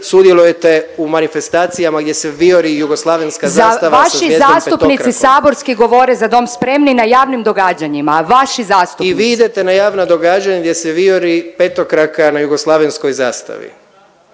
sudjelujete u manifestacijama gdje se vijori jugoslavenska zastava sa zvijezdom petokrakom. …/Upadica Kekin: Vaši zastupnici saborski govore „Za dom spremni“ na javnim događanjima, vaši zastupnici./… I vi idete na javna događanja gdje se vijori petokraka na jugoslavenskoj zastavi,